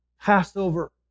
Passover